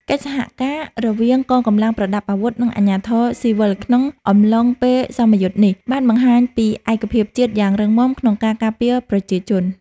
កិច្ចសហការរវាងកងកម្លាំងប្រដាប់អាវុធ និងអាជ្ញាធរស៊ីវិលក្នុងអំឡុងពេលសមយុទ្ធនេះ បានបង្ហាញពីឯកភាពជាតិយ៉ាងរឹងមាំក្នុងការការពារប្រជាជន។